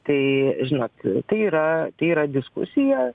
tai žinot tai yra tai yra diskusija